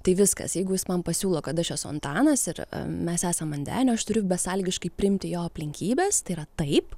tai viskas jeigu jis man pasiūlo kad aš esu antanas ir mes esam ant denio aš turiu besąlygiškai priimti jo aplinkybes tai yra taip